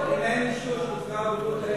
אם אין אישור של משרד הבריאות,